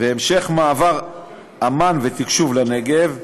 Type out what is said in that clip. והמשך מעבר אמ"ן ותקשוב לנגב,